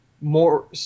more